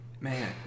Man